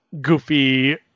goofy